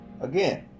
again